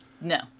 No